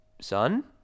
son